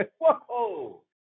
Whoa